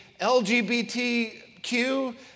LGBTQ